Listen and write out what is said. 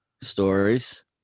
stories